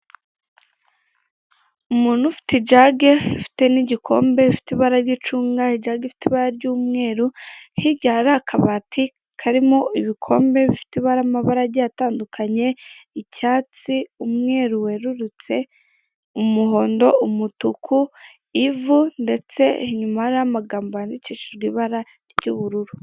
Umuntu ufite ijage, ufite n'igikombe rifite ibara ry'icunga ,ijage ifite ibara ry'umweru hirya hari akabati karimo ibikombe rifite amabara agiye atandukanye icyatsi, umweru werurutse, umuhondo, umutuku, ivu ndetse inyuma hariho amagambo yandikishijwe ibara ry'ubururu.